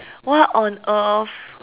what on earth